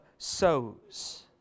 sows